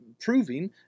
proving